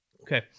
Okay